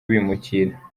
bimukira